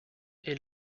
est